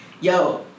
yo